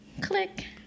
click